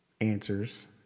Answers